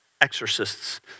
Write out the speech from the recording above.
exorcists